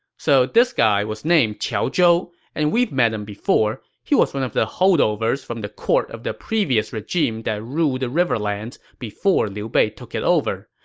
so this man was named qiao zhou, and we've met him before. he was one of the holdovers from the court of the previous regime that ruled the riverlands before liu bei took it over.